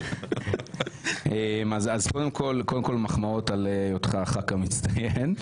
קודם כול, מחמאות על היותך חבר הכנסת המצטיין.